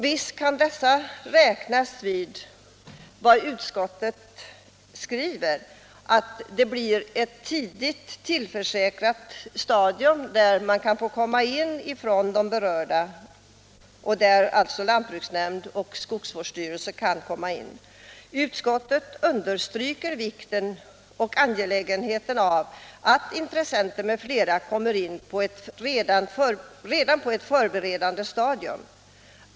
Visst kan detta innebära att man, som utskottet skriver, tillförsäkrar de berörda möjlighet att framföra synpunkter på ett tidigt stadium. Där kan alltså lantbruksnämnd och skogsvårdsstyrelse komma in. Men då har ju redan ett planeringsskede avverkats. Utskottet understryker vikten av att intressenter m.fl. kommer in redan på ett förberedande stadium.